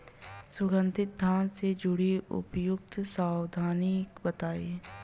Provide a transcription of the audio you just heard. सुगंधित धान से जुड़ी उपयुक्त सावधानी बताई?